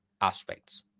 aspects